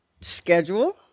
schedule